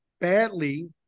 badly